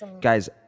guys